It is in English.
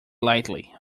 lightly